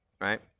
right